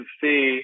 see